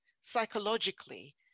psychologically